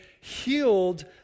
healed